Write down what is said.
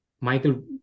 Michael